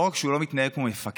לא רק שהוא לא מתנהל כמו מפקד,